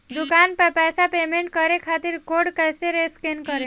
दूकान पर पैसा पेमेंट करे खातिर कोड कैसे स्कैन करेम?